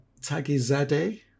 Tagizade